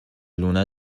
لونه